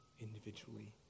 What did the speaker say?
Individually